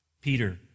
Peter